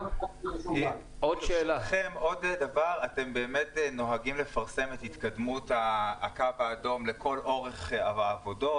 עוד דבר: אתם באמת נוהגים לפרסם את התקדמות הקו האדום לכל אורך העבודות?